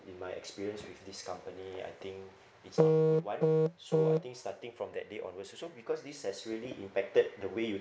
in my experience with this company I think it's unpleasant so I think starting from that day onwards also because this has really impacted the way you